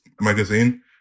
magazine